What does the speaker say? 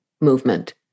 movement